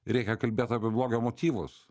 reikia kalbėt apie blogio motyvus